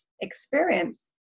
experience